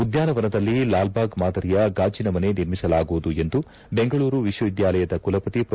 ಉದ್ಧಾನವನದಲ್ಲಿ ಲಾಲ್ ಬಾಗ್ ಮಾದರಿಯ ಗಾಜನಮನೆ ನಿರ್ಮಿಸಲಾಗುವುದೆಂದು ಬೆಂಗಳೂರು ವಿಶ್ವವಿದ್ಯಾಲಯದ ಕುಲಪತಿ ಪ್ರೊ